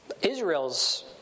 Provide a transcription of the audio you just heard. Israel's